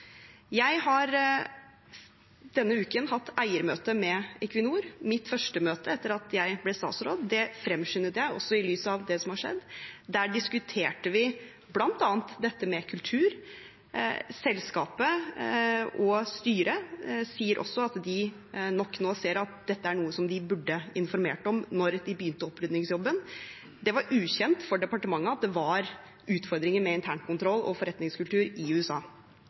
Jeg har denne uken hatt eiermøte med Equinor. Mitt første møte etter at jeg ble statsråd, fremskyndet jeg også i lys av det som har skjedd. Der diskuterte vi bl.a. dette med kultur. Selskapet og styret sier også at de nok nå ser at dette er noe som de burde informert om da de begynte oppryddingsjobben. Det var ukjent for departementet at det var utfordringer med internkontroll og forretningskultur i USA.